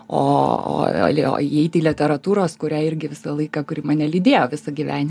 o o o įeiti į literatūros kurią irgi visą laiką kuri mane lydėjo visą gyvenimą